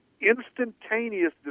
instantaneous